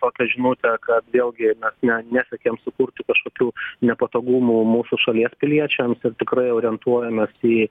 tokią žinutę kad vėlgi ne nesiekiam sukurti kažkokių nepatogumų mūsų šalies piliečiams ir tikrai orientuojamės į